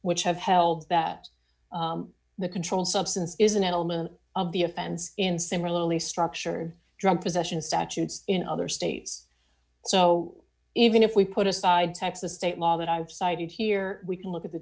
which have held that the controlled substance is an element of the offense in similarly structured drug possession statutes in other states so even if we put aside texas state law that i've cited here we can look at the